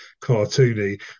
cartoony